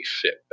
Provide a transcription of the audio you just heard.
fit